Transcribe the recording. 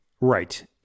Right